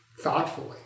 thoughtfully